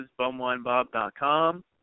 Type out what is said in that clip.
bumwinebob.com